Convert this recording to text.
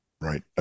right